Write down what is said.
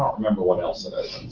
remember what else it ah